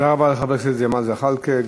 תודה רבה לחבר הכנסת ג'מאל זחאלקה.